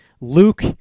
Luke